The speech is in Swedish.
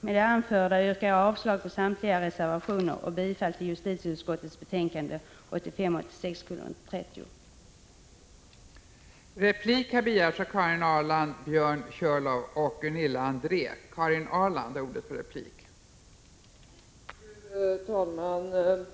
Med det anförda yrkar jag avslag på samtliga reservationer och bifall till justitieutskottets hemställan i betänkande 1985/86:30.